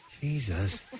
Jesus